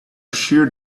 shear